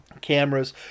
cameras